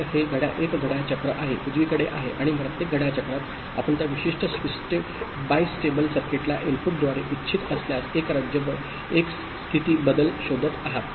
तर हे एक घड्याळ चक्र आहे उजवीकडे आहे आणि प्रत्येक घड्याळ चक्रात आपण त्या विशिष्ट बिस्टेबल सर्किटला इनपुटद्वारे इच्छित असल्यास एक राज्य बदल शोधत आहात